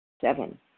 Seven